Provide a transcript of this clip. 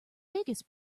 biggest